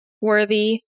worthy